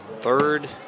third